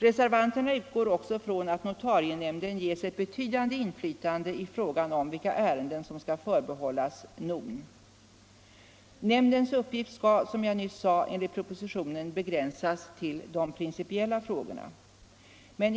Reservanterna utgår också från att NON ges ett betydande inflytande i frågan om vilka ärenden som skall förbehållas NON. Nämndens uppgift skall, som jag nyss sade, enligt propositionen begränsas till de principiella frågorna.